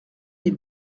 les